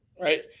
right